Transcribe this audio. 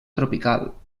tropical